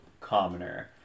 commoner